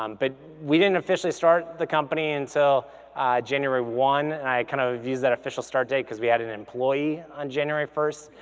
um but we didn't officially start the company until and so january one. i kind of use that official start date cause we had an employee on january first.